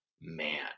man